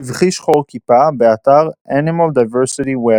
סבכי שחור-כיפה, באתר Animal Diversity Web